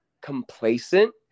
complacent